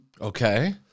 Okay